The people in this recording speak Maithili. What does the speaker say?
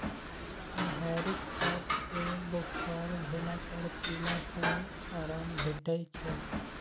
सिंहारिक पात केँ बोखार भेला पर पीला सँ आराम भेटै छै